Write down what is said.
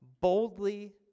Boldly